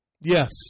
Yes